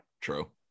True